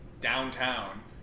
downtown